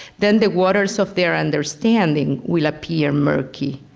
then the waters of their understanding will appear murky.